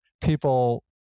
People